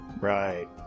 right